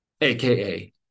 aka